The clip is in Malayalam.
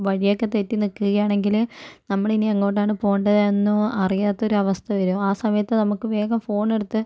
വഴിയൊക്കെ തെറ്റി നിക്കുകയാണെങ്കില് നമ്മള് ഇനി എങ്ങോട്ടാണ് പോകണ്ടത് എന്ന് അറിയാത്ത ഒരു അവസ്ഥ വരും ആ സമയത്ത് നമക്ക് വേഗം ഫോണെടുത്ത്